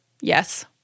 Yes